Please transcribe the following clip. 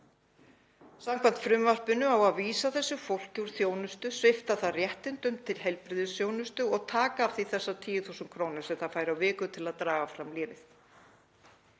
Samkvæmt frumvarpinu á að vísa þessu fólki úr þjónustu, svipta það réttindum til heilbrigðisþjónustu og taka af því þessar 10.000 kr. sem það fær á viku til að draga fram lífið.